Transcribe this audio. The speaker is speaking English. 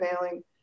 failing